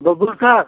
बबूल का